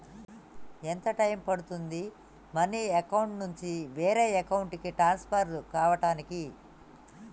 ఎంత టైం పడుతుంది money account నుంచి వేరే అకౌంట్ కి ట్రాన్స్ఫర్ కావటానికి?